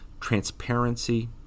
transparency